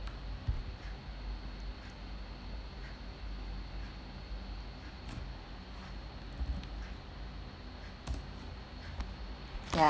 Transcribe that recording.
ya